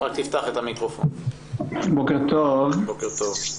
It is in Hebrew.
בוקר טוב.